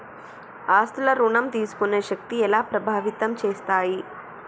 ఆస్తుల ఋణం తీసుకునే శక్తి ఎలా ప్రభావితం చేస్తాయి?